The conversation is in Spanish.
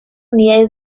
unidades